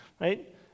right